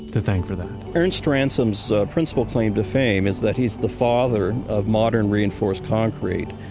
to thank for that ernest ransome's principal claim to fame is that he's the father of modern reinforced concrete.